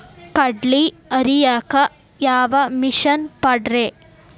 ಕಡ್ಲಿ ಹರಿಯಾಕ ಯಾವ ಮಿಷನ್ ಪಾಡ್ರೇ?